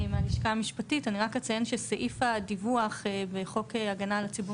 אני רק אציין שסעיף הדיווח וחוק הגנה על הציבור